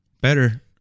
Better